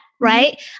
right